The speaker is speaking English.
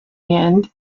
end